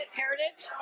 heritage